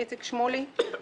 איציק שמולי, בעד.